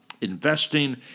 investing